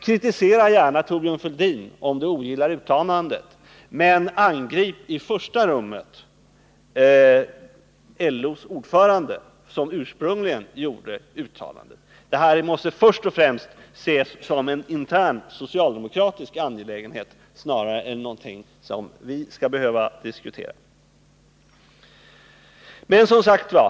Kritisera gärna Thorbjörn Fälldin om uttalandet ogillas, men angrip i första rummet LO:s ordförande, som Nr 40 ursprungligen gjorde uttalandet. Det här måste först och främst ses som en Torsdagen den intern socialdemokratisk angelägenhet snarare än något som vi skall behöva 29 november 1979 diskutera.